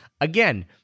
Again